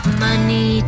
money